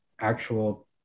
actual